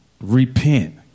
repent